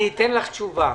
אתן לך תשובה.